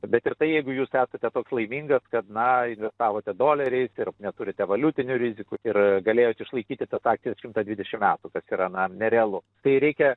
bet ir tai jeigu jūs esate toks laimingas kad na investavote doleriais ir neturite valiutinių rizikų ir galėjot išlaikyti tas akcijas šimtą dvidešimt metų kas yra na nerealu tai reikia